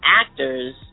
actors